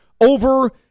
over